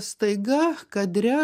staiga kadre